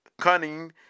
cunning